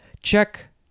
check